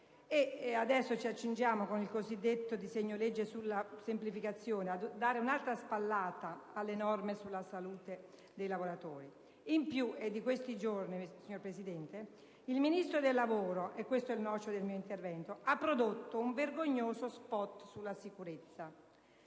e adesso si accingono, con il cosiddetto disegno di legge sulla semplificazione, a dare un'altra spallata alle norme sulla salute dei lavoratori. In più, in questi giorni, signora Presidente, il Ministro del lavoro - è questo il nocciolo del mio intervento - ha prodotto un vergognoso *spot* sulla sicurezza